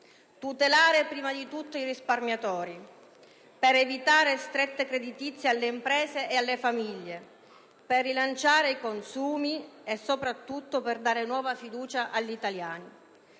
tutelare prima di tutto i risparmiatori; per evitare strette creditizie alle imprese e alle famiglie; per rilanciare i consumi; e, soprattutto, per dare nuova fiducia agli italiani.